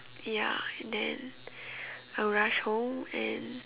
ya and then I'll rush home and